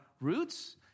roots